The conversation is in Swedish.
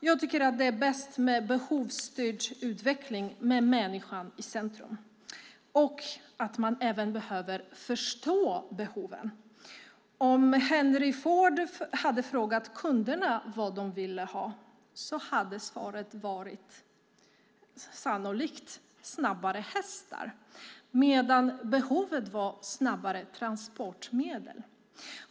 Jag tycker att det är bäst med behovsstyrd utveckling med människan i centrum och att man även behöver förstå behoven. Om Henry Ford hade frågat kunderna vad de ville ha hade svaret sannolikt varit snabbare hästar, medan behovet var snabbare transportmedel.